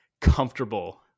comfortable